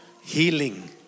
Healing